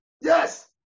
Yes